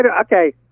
Okay